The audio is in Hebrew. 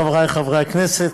חברי חברי הכנסת,